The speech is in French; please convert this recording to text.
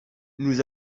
nous